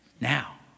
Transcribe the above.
Now